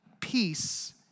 peace